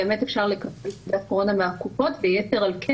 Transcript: באמת אפשר לקבל תעודת קורונה מהקופות ויתר על כן